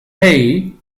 hay